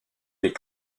des